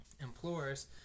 implores